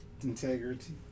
integrity